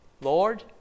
Lord